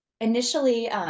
Initially